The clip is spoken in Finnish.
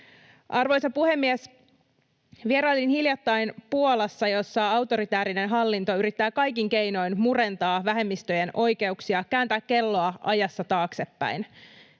Arvoisa puhemies! Vierailin hiljattain Puolassa, jossa autoritäärinen hallinto yrittää kaikin keinoin murentaa vähemmistöjen oikeuksia, kääntää kelloa ajassa taaksepäin.